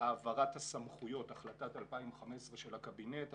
החלטת 2015 של הקבינט,